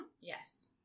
Yes